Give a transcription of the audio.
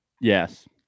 yes